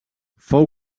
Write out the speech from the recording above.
fou